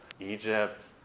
Egypt